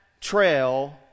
trail